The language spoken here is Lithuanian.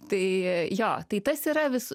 tai jo tai tas yra vis